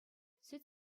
сӗт